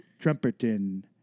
Trumperton